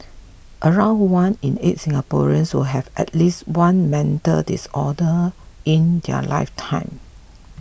around one in eight Singaporeans will have at least one mental disorder in their lifetime